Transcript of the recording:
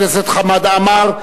חבר הכנסת חמד עמאר.